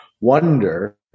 wonder